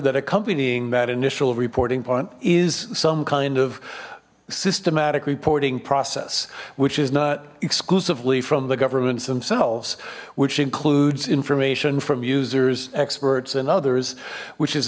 that accompanying that initial reporting point is some kind of systematic reporting process which is not exclusively from the governments themselves which includes information from users experts and others which is